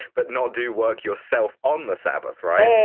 but not do work yourself on the sabbath, right?